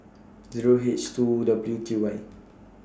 Zero H two W Q Y